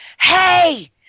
hey